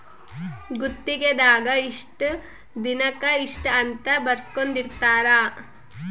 ಗುತ್ತಿಗೆ ದಾಗ ಇಷ್ಟ ದಿನಕ ಇಷ್ಟ ಅಂತ ಬರ್ಸ್ಕೊಂದಿರ್ತರ